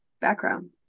background